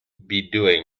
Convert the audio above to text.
bedewing